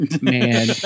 man